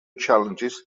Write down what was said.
challenges